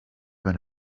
been